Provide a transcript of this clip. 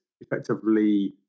effectively